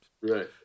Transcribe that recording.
Right